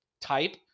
type